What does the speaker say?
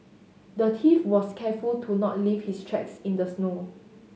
the thief was careful to not leave his tracks in the snow